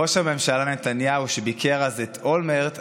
ראש הממשלה נתניהו ביקר אז את אולמרט,